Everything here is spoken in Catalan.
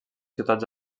ciutats